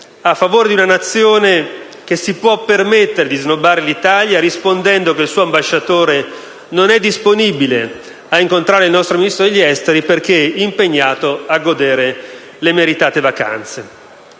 a favore di una Nazione che si può permettere di snobbare l'Italia, rispondendo che il suo ambasciatore non è disponibile ad incontrare il nostro Ministro degli affari esteri perché impegnato a godere le meritate vacanze.